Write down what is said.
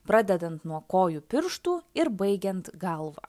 pradedant nuo kojų pirštų ir baigiant galva